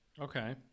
Okay